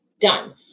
done